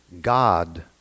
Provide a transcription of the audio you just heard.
God